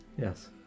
Yes